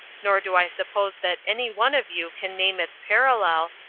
nor do i suppose that any one of you can name its parallel,